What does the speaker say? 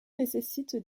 nécessite